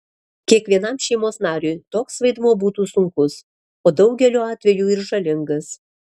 kiekvienam šeimos nariui toks vaidmuo būtų sunkus o daugeliu atvejų ir žalingas